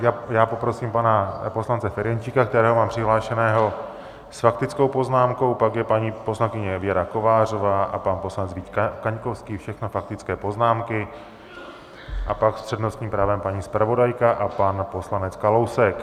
Tak já poprosím pana poslance Ferjenčíka, kterého mám přihlášeného s faktickou poznámkou, pak je paní poslankyně Věra Kovářová a pan poslanec Vít Kaňkovský, všechno faktické poznámky, a pak s přednostním právem paní zpravodajka a pan poslanec Kalousek.